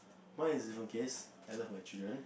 my is different case I love my children